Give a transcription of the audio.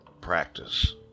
practice